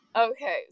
Okay